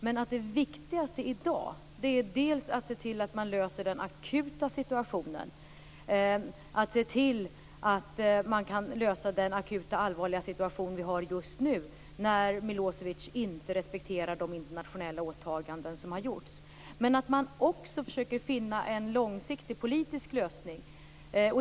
Men det viktigaste i dag är att se till att man löser den akuta situationen och att man kan lösa den akuta situation vi har just nu, när Milosevic inte respekterar de internationella åtaganden som har gjorts. Men man måste också försöka finna en långsiktig politisk lösning.